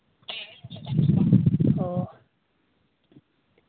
ᱚᱸᱻ